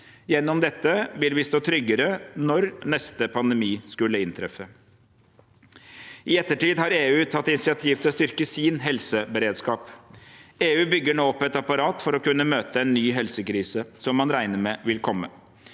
Gjennom dette vil vi stå tryggere når neste pandemi måtte inntreffe. I ettertid har EU tatt initiativ til å styrke sin helseberedskap. EU bygger nå opp et apparat for å kunne møte en ny helsekrise, som man regner med vil komme.